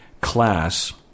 class